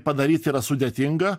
padaryt yra sudėtinga